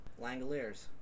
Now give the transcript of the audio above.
Langoliers